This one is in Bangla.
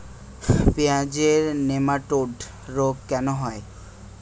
পেঁয়াজের নেমাটোড রোগ কেন হয়?